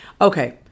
Okay